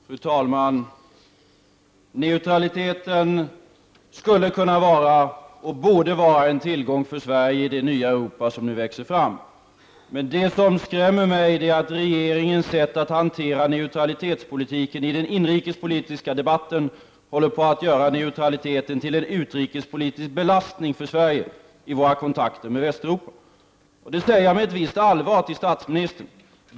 Fru talman! Neutraliteten skulle kunna vara och borde vara en tillgång för Sverige i det nya Europa som nu växer fram. Men det som skrämmer mig är att regeringens sätt att hantera neutralitetspolitiken i den inrikespolitiska debatten håller på att göra neutraliteten till en utrikespolitisk belastning för Sverige i våra kontakter med Västeuropa. Det säger jag med visst allvar till statsministern.